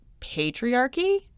patriarchy